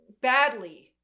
badly